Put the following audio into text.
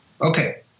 Okay